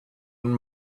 und